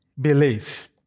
belief